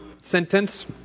sentence